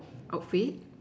outfit